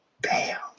Bam